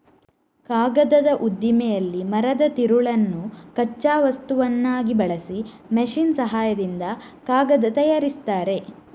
ಕಾಗದದ ಉದ್ದಿಮೆಯಲ್ಲಿ ಮರದ ತಿರುಳನ್ನು ಕಚ್ಚಾ ವಸ್ತುವನ್ನಾಗಿ ಬಳಸಿ ಮೆಷಿನ್ ಸಹಾಯದಿಂದ ಕಾಗದ ತಯಾರಿಸ್ತಾರೆ